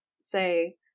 say